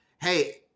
hey